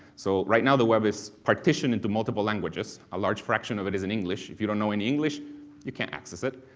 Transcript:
so, right now the web is partitioned into multiple languages, a large fraction of it is in english, if you don't know any english you can't access it,